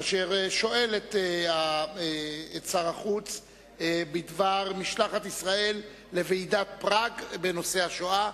אשר שואל את שר החוץ בדבר משלחת ישראל לוועידת פראג בנושא השואה.